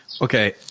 Okay